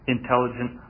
Intelligent